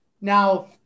now